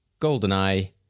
GoldenEye